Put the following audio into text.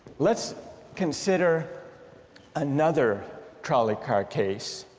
let's consider another trolley car case